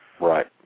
right